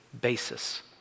basis